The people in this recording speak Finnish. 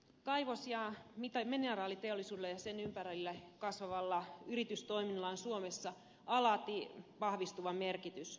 kaivos ja mineraaliteollisuudella ja sen ympärille kasvavalla yritystoiminnalla on suomessa alati vahvistuva merkitys